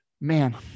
man